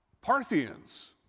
Parthians